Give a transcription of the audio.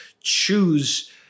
choose